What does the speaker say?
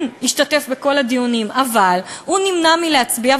השתתף בכל דיונים אבל נמנע מלהצביע,